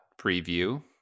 preview